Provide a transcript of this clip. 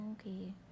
Okay